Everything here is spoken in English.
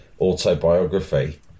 autobiography